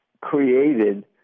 created